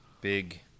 big